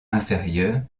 inférieur